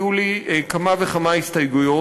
היו לי כמה וכמה הסתייגויות.